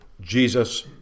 Jesus